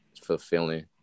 fulfilling